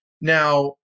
Now